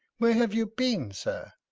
where have you been, sir?